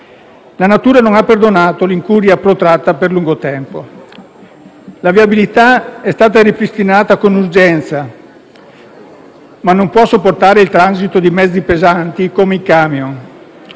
La natura non ha perdonato l'incuria protratta per lungo tempo. La viabilità è stata ripristinata con urgenza, ma non può sopportare il transito di mezzi pesanti, come i camion.